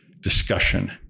discussion